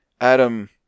Adam